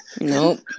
Nope